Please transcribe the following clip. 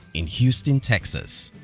in houston, texas.